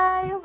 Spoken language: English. Bye